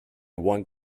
one